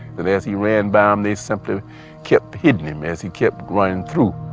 and as he ran down, they simply kept hitting him as he kept running through